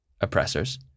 oppressors